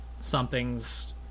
something's